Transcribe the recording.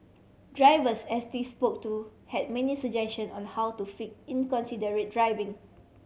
drivers S T spoke to had many suggestion on how to fix inconsiderate driving